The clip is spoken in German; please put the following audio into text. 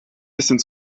bisschen